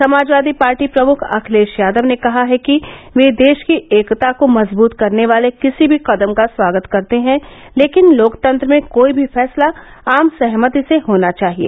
Samajwadi party प्रमुख अखिलेश यादव ने कहा है कि वे देश की एकता को मजबूत करने वाले किसी भी कदम का स्वागत करते हैं लेकिन लोकतंत्र में कोई भी फैसला आम सहमति से होना चाहिए